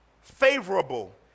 favorable